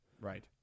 Right